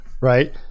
right